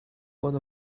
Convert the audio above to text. one